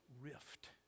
rift